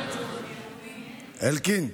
אלקין,